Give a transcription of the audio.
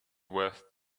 worth